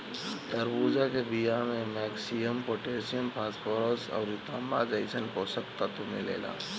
तरबूजा के बिया में मैग्नीशियम, पोटैशियम, फास्फोरस अउरी तांबा जइसन पोषक तत्व मिलेला